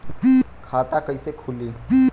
खाता कइसे खुली?